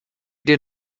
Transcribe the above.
did